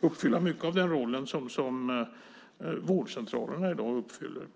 uppfylla mycket av den roll som vårdcentralerna i dag har.